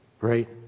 right